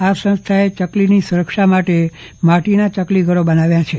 આ સંસ્થાએ ચકલીની સુરક્ષા માટે માટીના ચકલી ઘરો બનાવ્યા છે